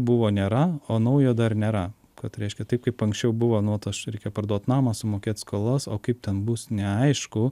buvo nėra o naujo dar nėra kad reiškia taip kaip anksčiau buvo nu vat aš reikia parduoti namą sumokėti skolas o kaip ten bus neaišku